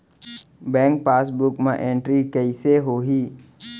Bank passbook मा entry कइसे होही?